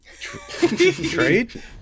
trade